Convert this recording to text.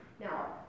now